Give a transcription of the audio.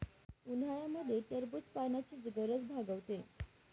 उन्हाळ्यामध्ये टरबूज पाण्याची गरज भागवते